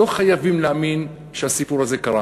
לא חייבים להאמין שהסיפור הזה קרה,